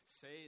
say